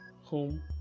home